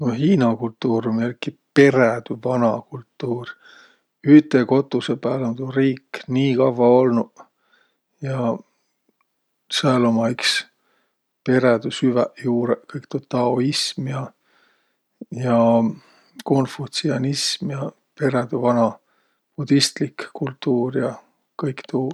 No Hiina kultuur um jälki perädü vana kultuur. Üte kotusõ pääl um tuu riik nii kavva olnuq. Ja sääl ummaq iks perädü süväq juurõq, kõik tuu taoism ja konfutsianism ja perädü vana budistlik kultuur ja kõik tuu.